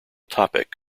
topic